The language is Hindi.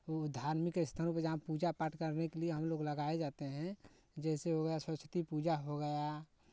वो धार्मिक स्थलों पर जहां पूजा पाठ करने के लिये हमलोग लगाये जाते हैं जैसे हो गया सरस्वती पूजा हो गया